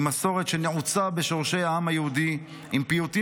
עם מסורת שנעוצה בשורשי העם היהודי ועם פיוטים